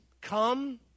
Come